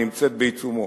נמצאת בעיצומו.